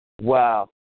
Wow